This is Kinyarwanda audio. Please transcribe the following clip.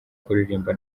kuririmba